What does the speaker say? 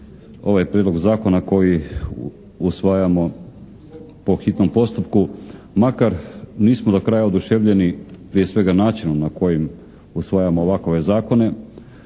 ovaj Prijedlog zakona koji usvajamo po hitnom postupku makar nismo do kraja oduševljeni prije svega načinom na koji usvajamo ovakove zakone.